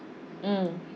mm